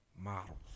models